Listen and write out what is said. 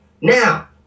Now